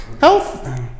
Health